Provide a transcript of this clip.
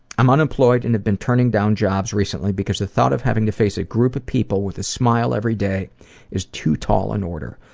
i'm unemployed and have been turning down jobs recently because the thought of having to face a group of people with a smile everyday is too tall an order.